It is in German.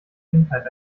kindheit